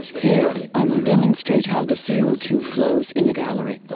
here, i will demonstrate how the c o two flows in the gallery,